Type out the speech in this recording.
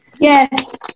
Yes